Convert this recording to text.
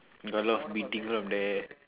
got a lot of beating from there